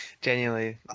genuinely